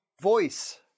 voice